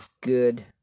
good